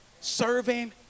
serving